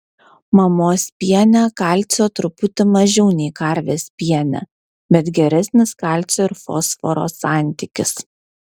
mamos piene kalcio truputį mažiau nei karvės piene bet geresnis kalcio ir fosforo santykis